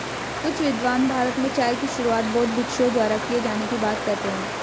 कुछ विद्वान भारत में चाय की शुरुआत बौद्ध भिक्षुओं द्वारा किए जाने की बात कहते हैं